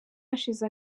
hashize